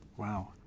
Wow